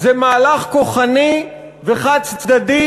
זה מהלך כוחני וחד-צדדי,